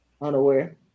Unaware